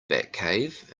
batcave